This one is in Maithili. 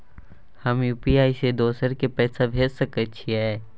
हम यु.पी.आई से दोसर के पैसा भेज सके छीयै?